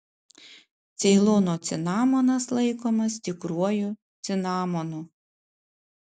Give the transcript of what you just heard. ceilono cinamonas laikomas tikruoju cinamonu